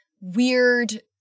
weird